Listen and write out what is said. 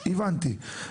הבנתי.